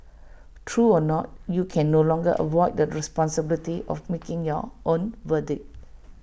true or not you can no longer avoid the responsibility of making your own verdict